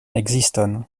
ekziston